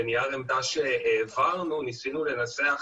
בנייר עמדה שהעברנו ניסינו לנסח